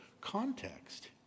context